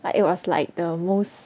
like it was like the most